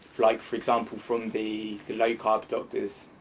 like, for example, from the the low carb doctors?